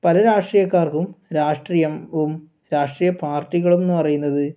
പല രാഷ്ട്രീയക്കാർക്കും രാഷ്ട്രീയവും രാഷ്ട്രീയപ്പാർട്ടികളുംന്ന് പറയുന്നത്